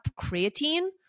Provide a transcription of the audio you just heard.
creatine